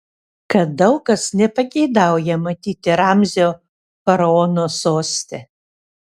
kad daug kas nepageidauja matyti ramzio faraono soste